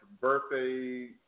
birthday